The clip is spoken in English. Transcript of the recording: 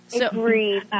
Agree